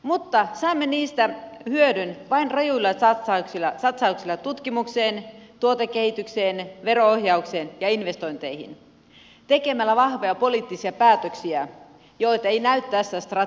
mutta saamme niistä hyödyn vain rajuilla satsauksilla tutkimukseen tuotekehitykseen vero ohjaukseen ja investointeihin tekemällä vahvoja poliittisia päätöksiä joita ei näy tässä strategiassa